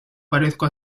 parezco